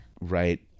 right